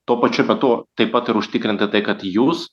tuo pačiu metu taip pat ir užtikrinti tai kad jūs